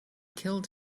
killed